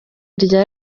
rya